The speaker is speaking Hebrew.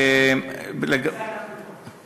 בשביל זה אנחנו פה.